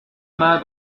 mal